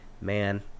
man